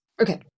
Okay